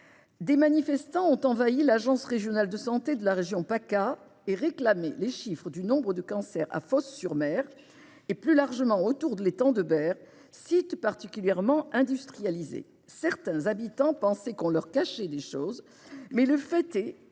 des manifestants ont envahi l'agence régionale de santé de Provence-Alpes-Côte d'Azur (Paca) et réclamé les chiffres du nombre de cancers à Fos-sur-Mer et, plus largement, autour de l'étang de Berre, site particulièrement industrialisé. Certains habitants pensaient qu'on leur cachait des choses, mais le fait est